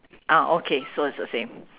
ah okay so it's the same